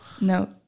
No